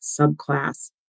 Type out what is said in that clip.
subclass